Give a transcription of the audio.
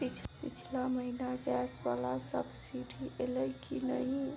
पिछला महीना गैस वला सब्सिडी ऐलई की नहि?